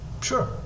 Sure